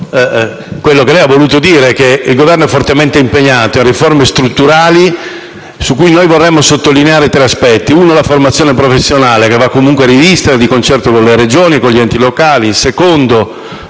quello che lei ha voluto dire, cioè che il Governo è fortemente impegnato in riforme strutturali, vorremmo sottolineare tre aspetti. Il primo è quello della formazione professionale, che va comunque rivista di concerto con le Regioni e con gli enti locali.